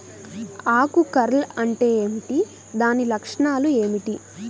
ఆకు కర్ల్ అంటే ఏమిటి? దాని లక్షణాలు ఏమిటి?